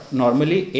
normally